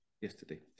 yesterday